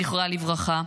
זכרה לברכה,